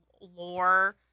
lore